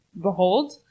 behold